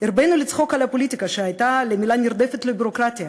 הרבינו לצחוק על הפוליטיקה שהייתה למילה נרדפת לביורוקרטיה,